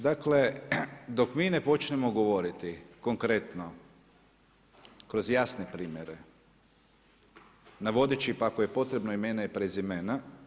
Dakle dok mi ne počnemo govoriti konkretno kroz jasne primjere, navodeći pa ako je potrebno i imena i prezimena.